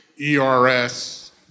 ERS